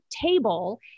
table